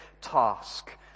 task